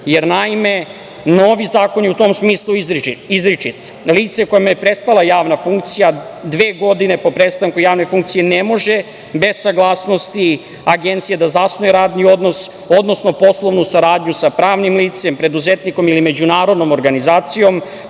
jer novi zakoni je u tom smislu je izričit: „Lice kome je prestala javna funkcija dve godine po prestanku javne funkcije ne može bez saglasnosti Agencije da zasnuje radni odnos, odnosno poslovnu saradnju sa pravnim licem, preduzetnikom ili međunarodnom organizacijom